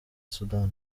sudani